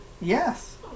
Yes